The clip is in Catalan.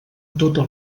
tota